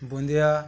বোঁদে